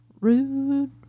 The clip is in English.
Rude